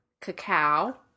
Cacao